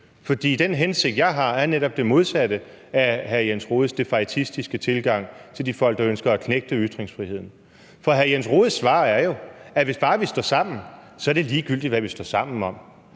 For den hensigt, jeg har, er netop det modsatte af hr. Jens Rohdes defaitistiske tilgang til de folk, der ønsker at knægte ytringsfriheden. Hr. Jens Rohdes svar er jo, at hvis bare vi står sammen, er det ligegyldigt, hvad vi står sammen om;